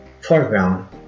foreground